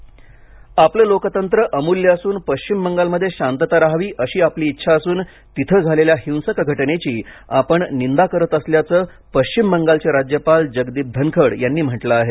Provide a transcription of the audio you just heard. बंगाल राज्यपाल आपले लोकतंत्र अमुल्य असुन पश्चिम बंगाल मध्ये शांतता राहावी अशी आपली इच्छा असून तिथे झालेल्या हिंसक घटनेची आपण निंदा करत असल्याचं पश्चिम बंगालचे राज्यपाल जगदीप धनखड यांनी म्हटलं आहे